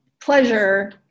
pleasure